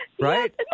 Right